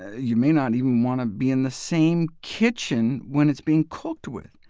ah you may not even want to be in the same kitchen when it's being cooked with.